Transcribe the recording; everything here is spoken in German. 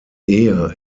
ehe